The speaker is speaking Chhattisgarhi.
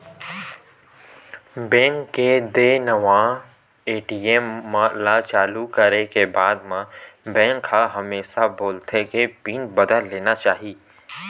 बेंक के देय नवा ए.टी.एम ल चालू करे के बाद म बेंक ह हमेसा बोलथे के पिन बदल लेना चाही